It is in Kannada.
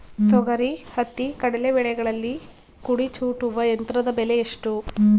ತೊಗರಿ, ಹತ್ತಿ, ಕಡಲೆ ಬೆಳೆಗಳಲ್ಲಿ ಕುಡಿ ಚೂಟುವ ಯಂತ್ರದ ಬೆಲೆ ಎಷ್ಟು?